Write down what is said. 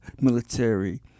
military